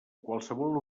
qualsevol